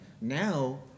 Now